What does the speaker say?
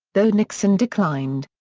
though nixon declined.